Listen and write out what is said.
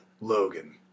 Logan